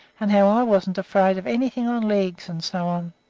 and how i wasn't afraid of anything on legs, and so on.